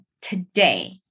today